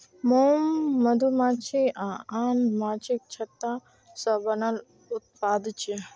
मोम मधुमाछी आ आन माछीक छत्ता सं बनल उत्पाद छियै